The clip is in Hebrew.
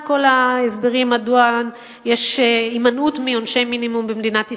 אני מכירה את כל ההסברים מדוע יש הימנעות מעונשי מינימום במדינת ישראל.